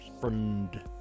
Friend